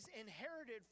inherited